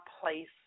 place